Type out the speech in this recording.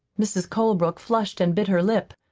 mrs. colebrook flushed and bit her lip.